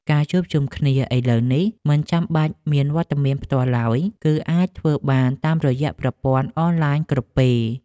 ការជួបជុំគ្នាឥឡូវនេះមិនចាំបាច់មានវត្តមានផ្ទាល់ឡើយ គឺអាចធ្វើបានតាមរយៈប្រព័ន្ធអនឡាញគ្រប់ពេល។